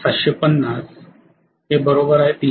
25750 312